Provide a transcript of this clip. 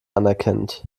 anerkennend